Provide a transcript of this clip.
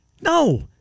no